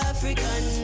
African